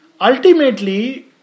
ultimately